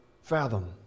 fathom